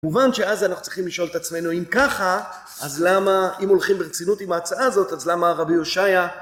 כמובן שאז אנחנו צריכים לשאול את עצמנו אם ככה, אז למה, אם הולכים ברצינות עם ההצעה הזאת, אז למה הרבי יושעיה